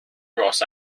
ross